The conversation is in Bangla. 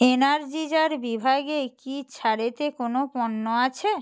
এনার্জিজার বিভাগে কি ছাড়েতে কোনও পণ্য আছে